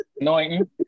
anointing